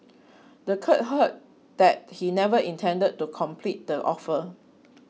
the court heard that he never intended to complete the offer